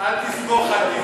אל תסמוך עלינו,